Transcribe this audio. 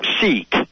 seek